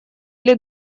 или